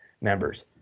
members